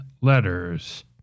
letters